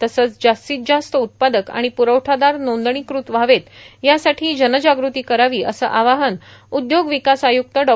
तसंच जास्तीत जास्त उत्पादक आणि प्रखठादार नोंदणीकृत व्हावेत यासाठी जन जागृती करावी असं आवाहन उद्योग विकास आयुक्त डॉ